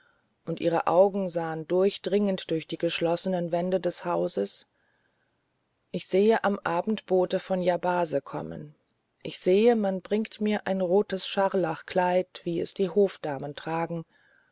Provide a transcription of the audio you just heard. und ihre augen sahen durchdringend durch die geschlossenen wände des hauses ich sehe im abend boote von yabase kommen ich sehe man bringt mir ein rotes scharlachkleid wie es die hofdamen tragen